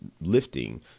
lifting